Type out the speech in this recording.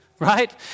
right